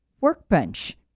workbench